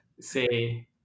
say